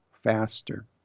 faster